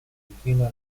medicina